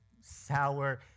sour